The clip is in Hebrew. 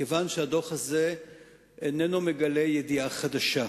כיוון שהדוח הזה איננו מגלה ידיעה חדשה.